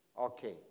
Okay